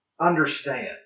understand